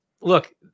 look